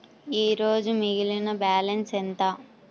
ఈరోజు మిగిలిన బ్యాలెన్స్ ఎంత?